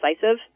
decisive